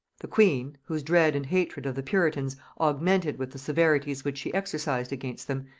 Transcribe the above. the queen, whose dread and hatred of the puritans augmented with the severities which she exercised against them,